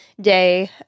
day